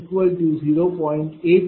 965794 40